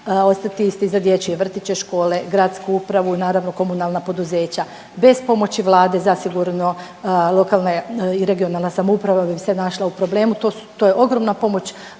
ostati isti za dječje vrtiće, škole, gradsku upravu, naravno komunalna poduzeća, bez pomoći Vlade zasigurno lokalna i regionalna samouprava bi se našla u problemu, to, to je ogromna pomoć,